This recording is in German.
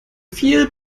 viel